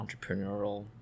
entrepreneurial